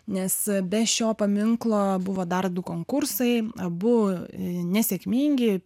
nes be šio paminklo buvo dar du konkursai abu nesėkmingi